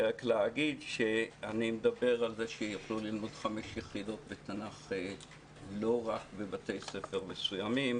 אני מדבר על זה שיוכלו ללמוד 5 יחידות בתנ"ך לא רק בבתי ספר מסוימים,